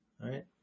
right